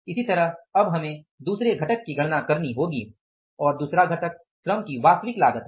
इसी तरह अब हमें दूसरे घटक की गणना करनी होगी और दूसरा घटक श्रम की वास्तविक लागत है